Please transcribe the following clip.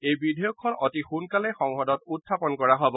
এই বিধেয়কখন অতি সোণকালে সংসদত উখাপন কৰা হ'ব